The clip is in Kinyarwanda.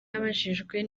abajijwe